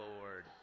Lord